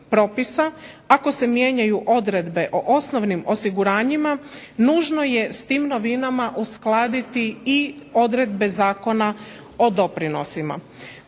ako se mijenjaju odredbe o osnovnim osiguranjima nužno je s tim novinama uskladiti i odredbe Zakona o doprinosima.